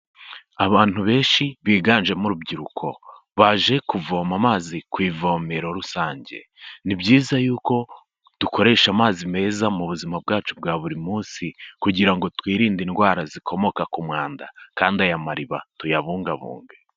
Abantu benshi biganjemo urubyiruko baje kuvoma amazi ku ivomero rusange, ni byiza yuko dukoresha amazi meza mu buzima bwacu bwa buri munsi, kugira ngo twirinde indwara zikomoka ku mwanda kandi aya mariba tuyabungabunge.